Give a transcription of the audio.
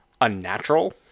unnatural